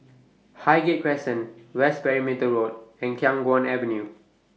Highgate Crescent West Perimeter Road and Khiang Guan Avenue